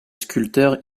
sculpteurs